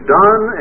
done